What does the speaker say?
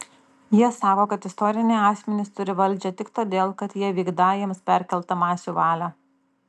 jie sako kad istoriniai asmenys turį valdžią tik todėl kad jie vykdą jiems perkeltą masių valią